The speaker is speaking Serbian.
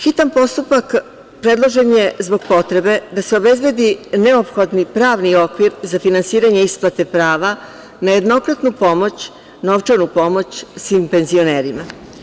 Hitan postupak predložen je zbog potrebe da se obezbedi neophodni pravni okvir za finansiranje isplate prava na jednokratnu pomoć, novčanu pomoć, svim penzionerima.